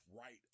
right